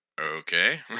okay